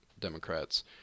Democrats